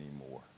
anymore